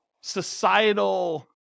societal